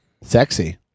Sexy